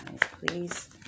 Please